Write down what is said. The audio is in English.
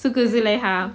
suka zulaiha